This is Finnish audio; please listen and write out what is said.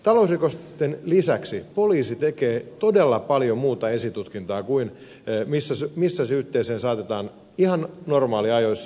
talousrikosten lisäksi poliisi tekee todella paljon muuta esitutkintaa kuin missä syytteeseen saatetaan ihan normaaliajoissa